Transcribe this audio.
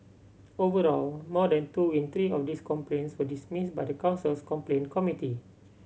overall more than two in three of these complaints were dismissed by the council's complaint committee